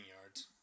yards